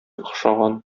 охшаган